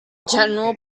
general